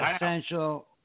essential